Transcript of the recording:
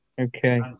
Okay